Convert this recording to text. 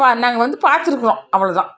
பா நாங்கள் வந்து பார்த்துருக்குறோம் அவ்ளோ தான்